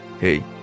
hey